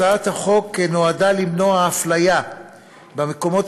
הצעת החוק נועדה למנוע אפליה במקומות